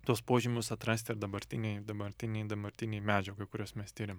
tuos požymius atrasti ir dabartinėj dabartinėj dabartinėj medžiagoj kuriuos mes tiriam